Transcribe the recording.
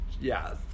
yes